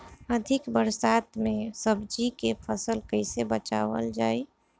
अधिक बरसात में सब्जी के फसल कैसे बचावल जाय?